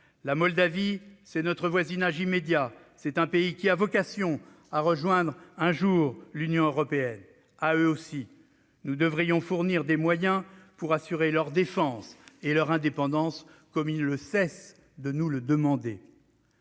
Or ce pays est dans notre voisinage immédiat et a vocation à rejoindre un jour l'Union européenne. À lui aussi, nous devrions fournir des moyens pour assurer sa défense et son indépendance, comme il ne cesse de nous le demander.